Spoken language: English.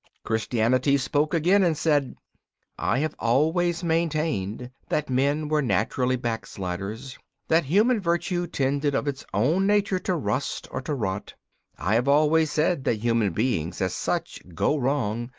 christianity spoke again and said i have always maintained that men were naturally backsliders that human virtue tended of its own nature to rust or to rot i have always said that human beings as such go wrong,